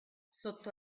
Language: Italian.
sotto